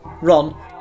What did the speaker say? Ron